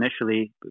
initially